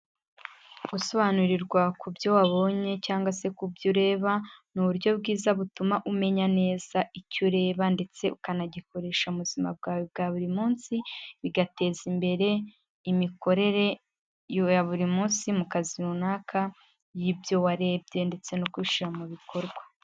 Gusobanurirwa kubyo wabonye cyangwa se kubyo ureba, ni uburyo bwiza butuma umenya neza icyo ureba ndetse ukanagikoresha mu buzima bwawe bwa buri munsi, bigateza imbere imikorere ya buri munsi mu kazi runaka y'ibyo warebye ndetse no gushyira mu bikorwa.